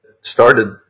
started